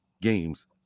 games